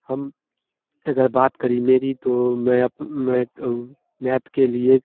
हम अगर बात करें मेरी तो मैं अप मैं मैथ के लिए